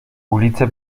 ulice